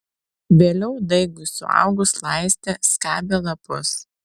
vėliau daigui suaugus laistė skabė lapus